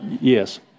yes